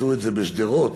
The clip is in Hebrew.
בשדרות,